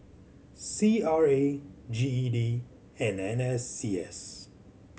C R A G E D and N S C S